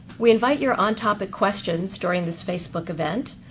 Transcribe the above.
we invite your on-topic questions during this facebook event.